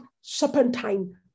serpentine